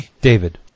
David